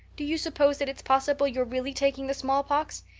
do you suppose that it's possible you're really taking the smallpox?